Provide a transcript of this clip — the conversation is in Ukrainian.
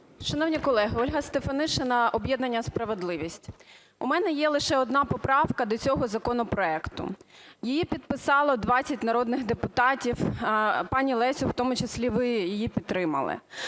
Шановні колеги! Ольга Стефанишина, об'єднання "Справедливість". У мене є лише одна поправка до цього законопроекту. Її підписало 20 народних депутатів, пані Леся, в тому числі ви її підтримали.